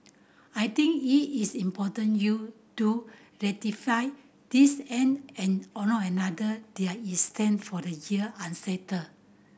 I think it is important you do ratify this and and or not another they are is stand for the year unsettled